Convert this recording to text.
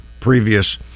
previous